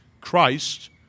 Christ